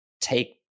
take